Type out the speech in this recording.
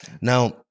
Now